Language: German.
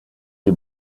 die